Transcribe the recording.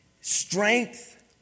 Strength